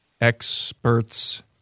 Experts